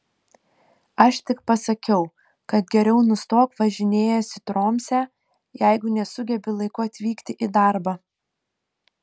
aš tik pasakiau kad geriau nustok važinėjęs į tromsę jeigu nesugebi laiku atvykti į darbą